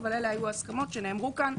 אבל אל היו ההסכמות שנאמרו כאן.